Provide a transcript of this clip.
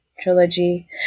trilogy